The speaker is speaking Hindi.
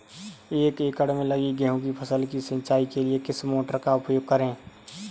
एक एकड़ में लगी गेहूँ की फसल की सिंचाई के लिए किस मोटर का उपयोग करें?